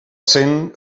cent